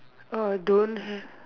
orh don't have